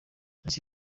ese